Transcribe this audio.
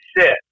sit